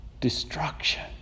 destruction